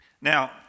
Now